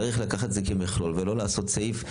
צריך לקחת את זה כמכלול ולא לעשות סעיף.